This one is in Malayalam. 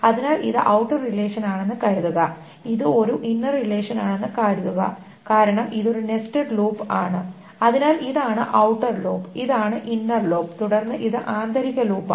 അതിനാൽ ഇത് ഔട്ടർ റിലേഷൻ ആണെന്ന് കരുതുക ഇത് ഒരു ഇന്നർ റിലേഷൻ ആണെന്ന് കരുതുക കാരണം ഇത് ഒരു നെസ്റ്റഡ് ലൂപ്പ് ആണ് അതിനാൽ ഇതാണ് ഔട്ടർ ലൂപ്പ് ഇതാണ് ഇന്നർ ലൂപ്പ് തുടർന്ന് ഇത് ആന്തരിക ലൂപ്പാണ്